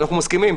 אנחנו מסכימים.